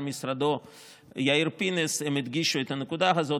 משרדו יאיר פינס הם הדגישו את הנקודה הזאת,